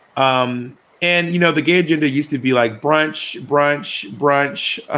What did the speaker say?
um and, you know, the gay agenda used to be like brunch, brunch, brunch, ah